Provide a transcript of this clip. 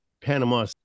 Panama